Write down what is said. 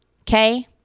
okay